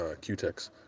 Q-Tex